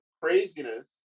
craziness